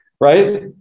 Right